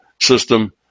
system